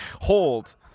hold